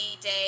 day